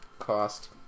cost